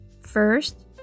first